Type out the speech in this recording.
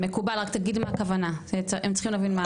מקובל, רק תגיד מה הכוונה, הם צריכים להבין.